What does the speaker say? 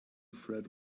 threat